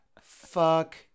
fuck